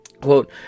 Quote